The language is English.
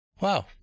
Wow